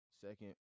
Second